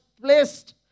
placed